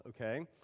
okay